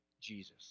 Jesus